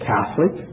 Catholic